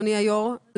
אדוני היו"ר,